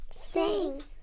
Sing